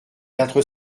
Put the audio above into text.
quatre